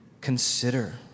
consider